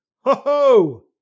Ho-ho